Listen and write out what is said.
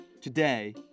Today